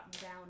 down